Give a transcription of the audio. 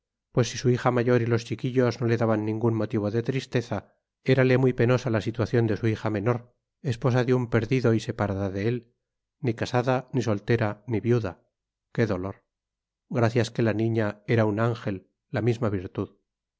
pues si su hija mayor y los chiquillos no le daban ningún motivo de tristeza érale muy penosa la situación de su hija menor esposa de un perdido y separada de él ni casada ni soltera ni viuda qué dolor gracias que la niña era un ángel la misma virtud